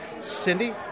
Cindy